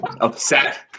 upset